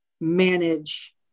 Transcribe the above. manage